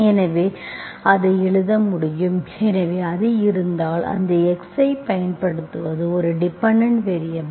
எனவே அதை எழுத முடியும் எனவே அது இருந்தால் அந்த x ஐப் பயன்படுத்துவது ஒரு டிபெண்டென்ட் வேரியபல்